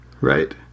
Right